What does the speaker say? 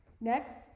Next